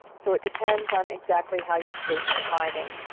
so it depends on exactly how your state's defining